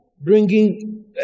bringing